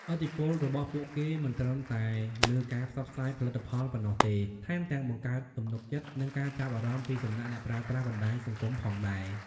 ឥទ្ធិពលរបស់ពួកគេមិនត្រឹមតែលើការផ្សព្វផ្សាយផលិតផលប៉ុណ្ណោះទេ ថែមទាំងបង្កើតទំនុកចិត្ត និងការចាប់អារម្មណ៍ពីសំណាក់អ្នកប្រើប្រាស់បណ្ដាញសង្គមផងដែរ។